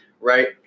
Right